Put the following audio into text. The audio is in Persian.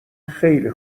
خیلی